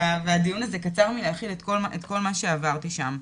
והדיון הזה קצרים מלהכיל את כל מה שעברתי שם.